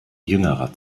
jüngerer